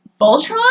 Voltron